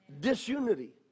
Disunity